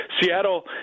Seattle